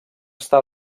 està